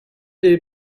les